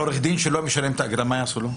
עורך דין שלא משלם את האגרה, מה יעשו לו?